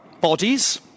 bodies